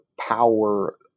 power